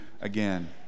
again